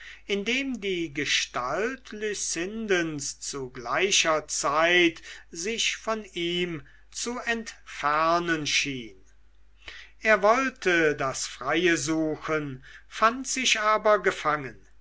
indem die gestalt lucindens zu gleicher zeit sich von ihm zu entfernen schien er wollte das freie suchen fand sich aber gefangen